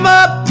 up